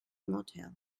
motel